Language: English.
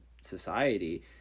society